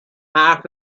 حرف